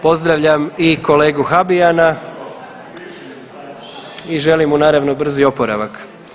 Pozdravljam i kolegu Habijana i želim mu naravno brzi oporavak.